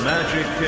Magic